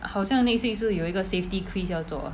好像 next week 是有一个 safety quiz 要做